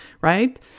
right